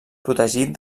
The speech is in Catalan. protegit